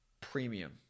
premium